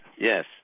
Yes